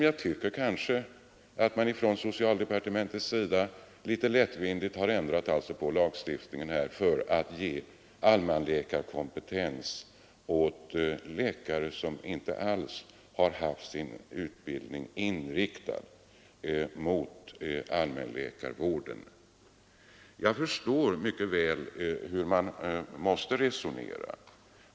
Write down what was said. Jag tycker att socialdepartementet litet lättvindigt har ändrat lagstiftningen för att ge allmänläkarkompetens åt läkare som inte alls haft sin utbildning inriktad mot allmänläkarvården. Jag förstår mycket väl hur man måste ha resonerat.